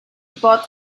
bought